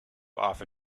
often